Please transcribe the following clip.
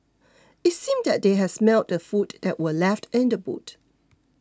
it seemed that they had smelt the food that were left in the boot